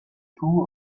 two